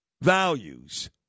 Values